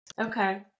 Okay